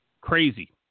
crazy